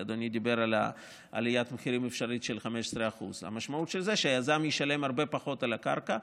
כי אדוני דיבר על עליית מחירים אפשרית של 15%. המשמעות של זה היא שהיזם ישלם הרבה פחות על הקרקע.